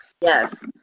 Yes